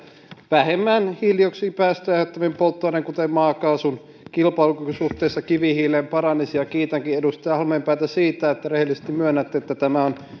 vähemmän hiilidioksidipäästöjä aiheuttavien polttoaineiden kuten maakaasun kilpailukyky suhteessa kivihiileen paranisi ja kiitänkin edustaja halmeenpäätä siitä että rehellisesti myönnätte että tämä on